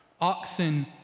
Oxen